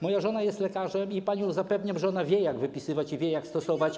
Moja żona jest lekarzem i panią zapewniam, że ona wie, jak wypisywać, i wie, jak stosować.